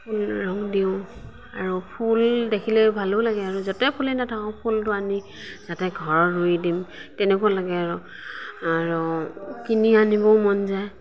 ফুল ৰঙ দিওঁ আৰু ফুল দেখিলে ভালো লাগে আৰু য'তেই ফুলি নাথাকক ফুলটো আনি যাতে ঘৰত ৰুই দিওঁ তেনেকুৱা লাগে আৰু আৰু কিনি আনিবও মন যায়